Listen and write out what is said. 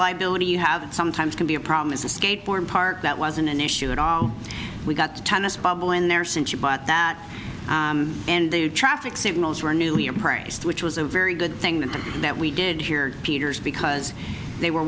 liability you have sometimes can be a problem as a skateboard park that wasn't an issue at all we got tennis bubble in there since you bought that and the traffic signals were newly appraised which was a very good thing that we did here peter's because they were